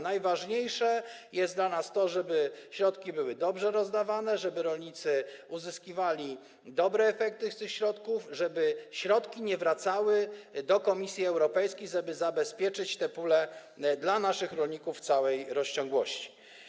Najważniejsze dla nas jest to, żeby środki były dobrze rozdawane, żeby rolnicy uzyskiwali dobre efekty dzięki tym środkom, żeby środki nie wracały do Komisji Europejskiej, żeby zabezpieczyć pulę dla naszych rolników w całej rozciągłości.